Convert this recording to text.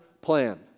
plan